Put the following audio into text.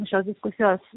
šios diskusijos